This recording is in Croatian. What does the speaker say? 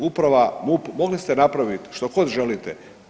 Uprava, MUP mogli ste napraviti što god želite.